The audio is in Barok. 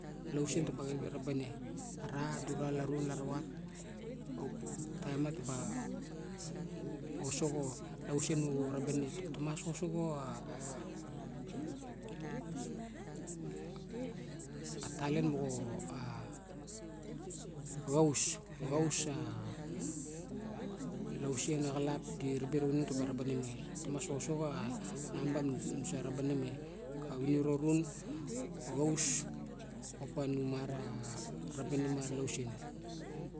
Lausen taba cip rabane? Ara dura larun laravat xuk taim ma ta ba osoxo lausen xu rebene tams osoxo a a talent muxo a xaus xaus a lausen a xalap di rebene revinung ta ba ra ben ne me taxa mau se number nu se rebene me xavi nu ro run xaus opa nu ma ra rebene ma lausen